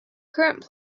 current